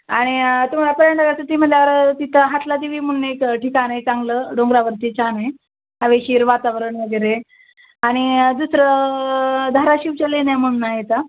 आणि तुम्हाला परर्यटनासाठी म्हटल्यावर तिथं हातला देवी म्हणून एक ठिकाण आहे चांगलं डोंगरावरती छान आहे हवेशीर वातावरण वगैरे आणि दुसरं धाराशिवच्या लेण्या म्हणून आहेत हां